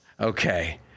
Okay